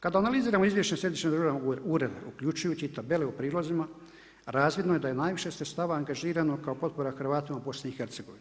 Kada analiziramo izvješće središnjeg državnog ureda uključujući i tabele u prilozima, razvidno da je najviše sredstava angažirano kao potpora Hrvatima u BIH.